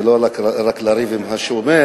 ולא רק לריב עם השומר,